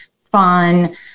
fun